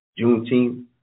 Juneteenth